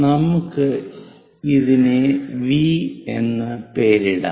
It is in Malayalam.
നമുക്ക് ഇതിനെ വി എന്ന് പേരിടാം